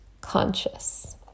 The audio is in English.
conscious